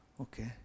Okay